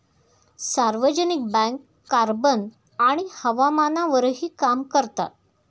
सार्वजनिक bank carbon आणि हवामानावरही काम करतात